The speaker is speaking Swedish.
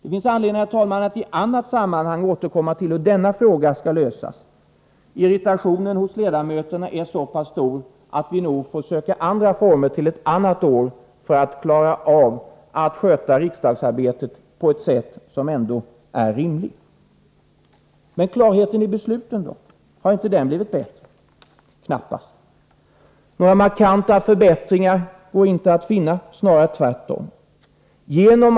Det finns anledning, herr talman, att i annat sammanhang återkomma till hur denna fråga skall lösas. Irritationen hos ledamöterna är så pass stor att vi till ett annat år nog får söka andra former för att kunna sköta riksdagsarbetet på ett rimligt sätt. Klarheten i besluten då? Har inte den blivit större? Knappast! Några markanta förbättringar går inte att finna, snarare tvärtom.